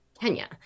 Kenya